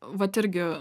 vat irgi